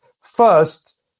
First